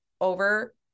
over